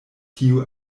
tiu